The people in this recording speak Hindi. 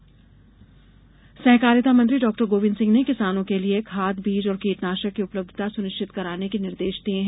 खाद बीज सहकारिता मंत्री डॉक्टर गोविंद सिंह ने किसानों के लिए खाद बीज और कीटनाशक की उपलब्यता सुनिश्चित कराने के निर्देश दिए हैं